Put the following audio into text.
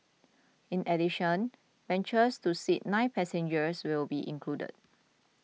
in addition benches to seat nine passengers will be included